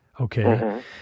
okay